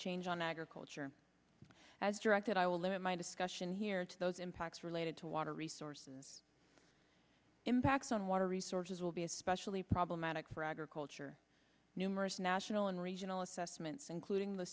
change on agriculture as directed i will limit my discussion here to those impacts related to water resources impacts on water resources will be especially problematic for agriculture numerous national and regional assessments including the